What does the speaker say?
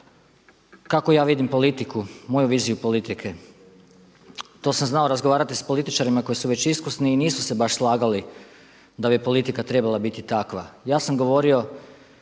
kako ja vidim politiku, moju viziju politike. To sam znao razgovarati sa političarima koji su već iskusni i nisu se baš slagali da bi politika trebala biti takva. Ja sam govorio